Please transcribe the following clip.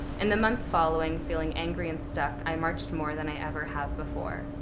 in the months following, feeling angry and stuck, i marched more than i ever have before.